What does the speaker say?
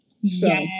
Yes